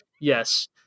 Yes